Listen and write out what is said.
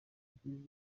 jolly